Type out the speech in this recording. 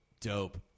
Dope